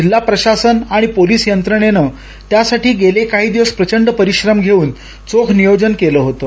जिल्हा प्रशासन आणि पोलिस यंत्रणेनं त्यासाठी गेले काही दिवस प्रचंड परीश्रम घेऊन चोख नियोजन केलं होतं